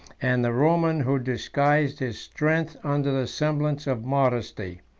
and the roman, who disguised his strength under the semblance of modesty.